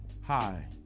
Hi